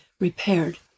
repaired